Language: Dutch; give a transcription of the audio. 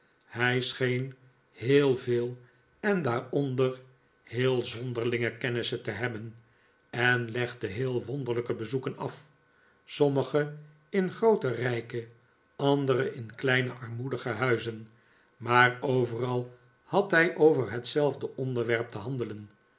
hij scheen heel veel en daaronder heel zonderlinge kennissen te hebben en legde heel wonderlijke bezoeken af sommige in groote rijke andere in kleine armoedige huizen maar overal had hij over hetzelfde onderwerp te handelen